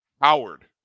Howard